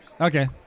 Okay